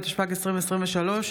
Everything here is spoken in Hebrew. התשפ"ג 2023,